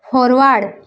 forward